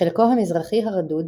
בחלקו המזרחי הרדוד,